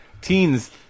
teens